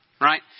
right